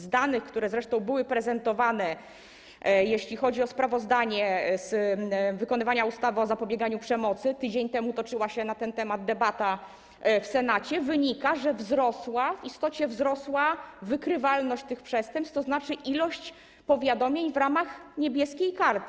Z danych, które zresztą były prezentowane, jeśli chodzi o sprawozdanie z wykonywania ustawy o zapobieganiu przemocy - tydzień temu toczyła się na ten temat debata w Senacie - wynika, że w istocie wzrosła wykrywalność tych przestępstw, tzn. ilość powiadomień w ramach „Niebieskiej Karty”